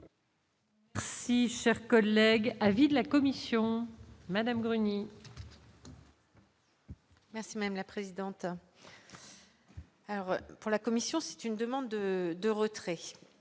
Merci, cher collègue, avis de la commission Madame Bruni-. Merci, même la présidente. Pour la Commission, c'est une demande de retrait,